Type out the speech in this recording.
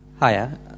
Hiya